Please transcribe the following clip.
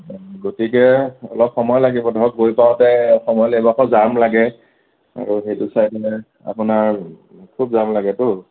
গতিকে অলপ সময় লাগিব ধৰক গৈ পাওঁতে সময় লাগিব আকৌ জাম লাগে আৰু সেইটো ঠাইত মানে আপোনাৰ খুব জাম লাগেতো